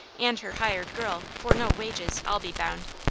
and her hired girl, for no wages, i'll be bound!